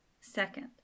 Second